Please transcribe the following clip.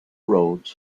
rhodes